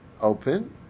open